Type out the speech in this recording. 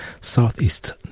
Southeast